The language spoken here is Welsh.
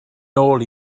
nôl